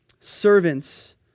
servants